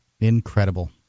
Incredible